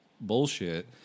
bullshit